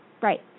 Right